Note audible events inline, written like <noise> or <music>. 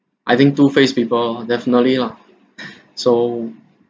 I think two faced people oh definitely lah <breath> so